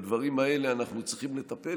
בדברים האלה אנחנו צריכים לטפל,